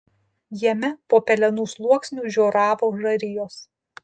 jame po pelenų sluoksniu žioravo žarijos